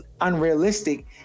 unrealistic